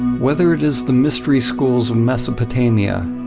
whether it is the mystery schools of mesopotamia,